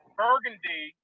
burgundy